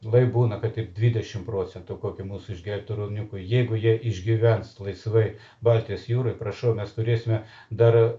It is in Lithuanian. lai būna kad ir dvidešim procentų kokį mūsų išgelbėtų ruoniukų jeigu jie išgyvens laisvai baltijos jūroj prašau mes turėsime dar